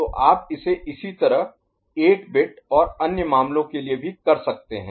तो आप इसे इसी तरह 8 बिट और अन्य मामलों के लिए भी कर सकते हैं